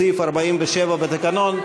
סעיף 47 בתקנון.